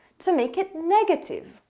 to make it negative.